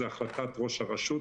זו החלטת ראש הרשות,